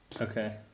Okay